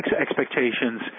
expectations